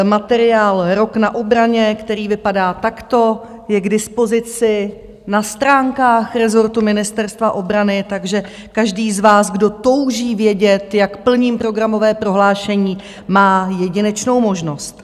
Materiál Rok na obraně, který vypadá takto , je k dispozici na stránkách rezortu Ministerstva obrany, takže každý z vás, kdo touží vědět, jak plním programové prohlášení, má jedinečnou možnost.